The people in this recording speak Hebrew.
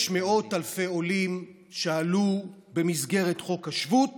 יש מאות אלפי עולים שעלו במסגרת חוק השבות